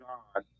God